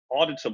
auditable